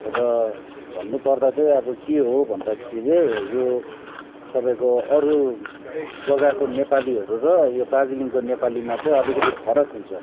र भन्नुपर्दा चाहिँ अब के हो भन्दाखेरि चाहिँ यो तपाईँको अरू जग्गाको नेपालीहरू र यो दार्जिलिङको नेपालीमा चाहिँ अलिकति फरक हुन्छ